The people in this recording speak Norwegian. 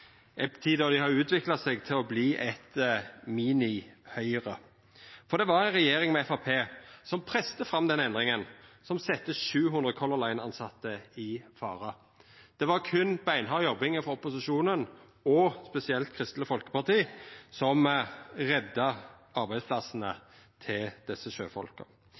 dei har utvikla seg til å verta eit Mini-Høgre. For det var ei regjering med Framstegspartiet som pressa fram den endringa som sette 700 Color Line-tilsette i fare. Det var berre beinhard jobbing frå opposisjonen, og spesielt Kristeleg Folkeparti, som redda arbeidsplassane til desse sjøfolka.